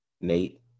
Nate